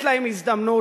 מפריעה.